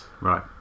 Right